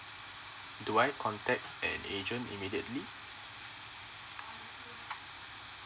do I contact an agent immediately